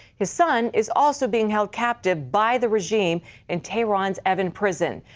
his son is also being held captive by the regime in tehran's evan prison.